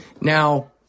Now